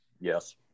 Yes